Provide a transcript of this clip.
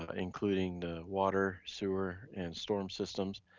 ah including the water, sewer and storm systems.